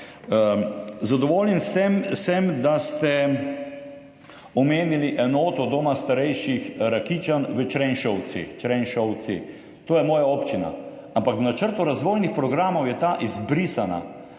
Zadovoljen s tem sem, da ste omenili enoto Doma starejših Rakičan v Črenšovcih. Črenšovci, to je moja občina, ampak v načrtu razvojnih programov je ta izbrisana.